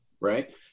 right